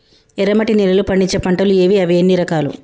ఎర్రమట్టి నేలలో పండించే పంటలు ఏవి? అవి ఎన్ని రకాలు?